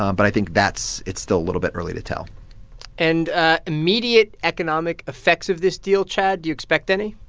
um but i think that's it's still a little bit early to tell and ah immediate economic effects of this deal, chad, do you expect any?